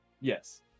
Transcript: yes